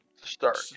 Start